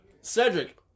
Cedric